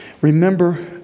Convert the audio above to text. remember